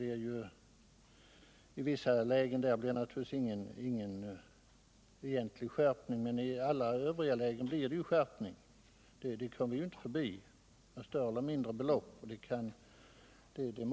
I vissa lägen där blir det naturligtvis ingen egentlig skärpning, men det blirdeti — Nr 91 alla övriga lägen, med större eller mindre belopp. Vi kommer inte förbi att det Onsdagen den kommer att bli effekten.